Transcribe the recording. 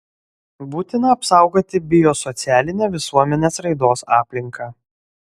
būtina apsaugoti biosocialinę visuomenės raidos aplinką